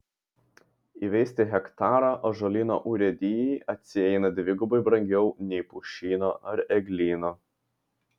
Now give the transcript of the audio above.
įveisti hektarą ąžuolyno urėdijai atsieina dvigubai brangiau nei pušyno ar eglyno